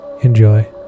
Enjoy